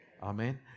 Amen